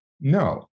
No